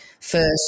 first